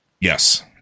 Yes